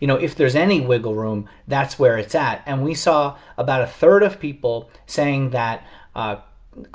you know, if there's any wiggle room, that's where it's at. and we saw about a third of people saying that ah